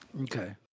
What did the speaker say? Okay